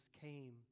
came